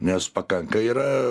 nes pakanka yra